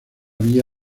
vía